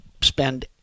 spend